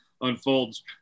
unfolds